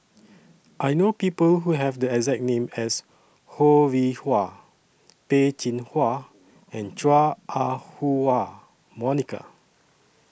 I know People Who Have The exact name as Ho Rih Hwa Peh Chin Hua and Chua Ah Huwa Monica